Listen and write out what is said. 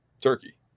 turkey